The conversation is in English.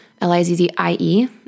L-I-Z-Z-I-E